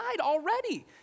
already